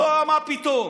לא, מה פתאום.